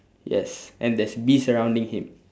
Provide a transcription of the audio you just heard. yes and there's bees surrounding him